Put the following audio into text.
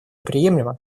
приемлемо